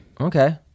Okay